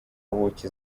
buki